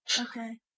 Okay